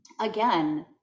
again